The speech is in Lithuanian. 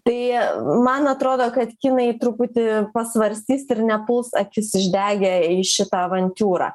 tai man atrodo kad kinai truputį pasvarstys ir nepuls akis išdegę į šitą avantiūrą